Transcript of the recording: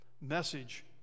message